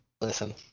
Listen